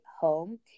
home